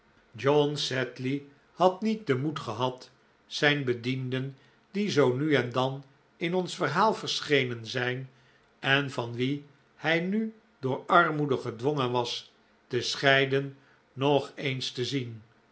john sedley had niet den moed gehad zijn bedienden die zoo nu en dan in ons verhaal verschenen zijn en van wie hij nu door armoede gedwongen was te scheiden nog eens te zien